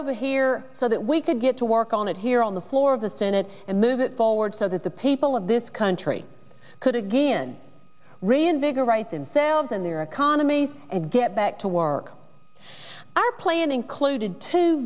over here so that we could get to work on it here on the floor of the senate and move it forward so that the people of this country could again reinvigorate themselves and their economies and get back to work are playing included t